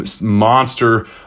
monster